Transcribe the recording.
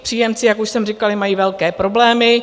Příjemci, jak už jsem říkala, mají velké problémy.